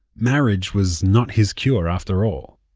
marriage was not his cure after all.